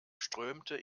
strömte